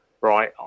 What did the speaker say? right